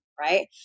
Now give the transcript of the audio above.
right